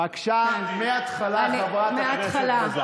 בזמן נאומים בני